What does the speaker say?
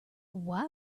why